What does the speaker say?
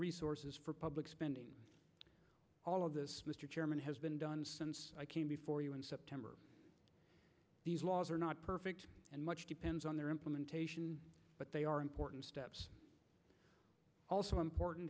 resources for public spending all of this mr chairman has been done before you in september these laws are not perfect and much depends on their implementation but they are important steps also important